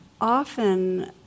Often